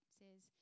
says